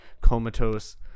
comatose